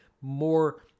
more